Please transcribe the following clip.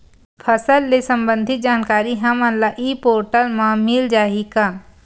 फसल ले सम्बंधित जानकारी हमन ल ई पोर्टल म मिल जाही का?